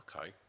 Okay